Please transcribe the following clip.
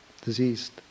diseased